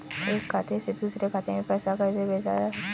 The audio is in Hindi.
एक खाते से दूसरे खाते में पैसा कैसे भेजा जा सकता है?